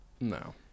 No